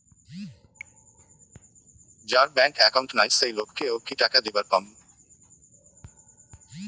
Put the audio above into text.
যার bank account নাই সেই লোক কে ও কি টাকা দিবার পামু?